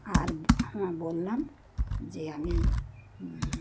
আর হ্যাঁ বললাম যে আমি